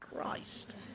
Christ